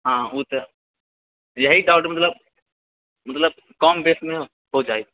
हँ ओ तऽ इएह कहएके मतलब कम बेसीमे हो जाइ